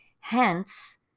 Hence